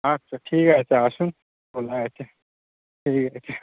আচ্ছা ঠিক আছে আসুন খোলা আছে ঠিক আছে